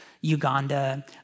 Uganda